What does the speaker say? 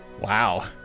Wow